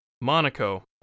Monaco